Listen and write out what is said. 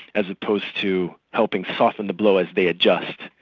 as opposed to helping soften the blow as they adjust. if